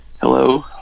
Hello